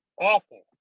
awful